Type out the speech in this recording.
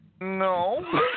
No